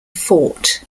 fort